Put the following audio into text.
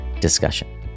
discussion